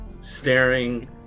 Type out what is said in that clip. Staring